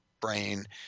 brain